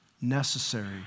necessary